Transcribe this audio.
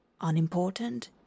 unimportant